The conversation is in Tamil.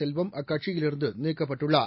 செல்வம் அக்கட்சியிலிருந்து நீக்கப்பட்டுள்ளார்